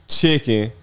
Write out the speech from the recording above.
chicken